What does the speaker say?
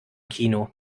kino